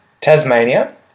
Tasmania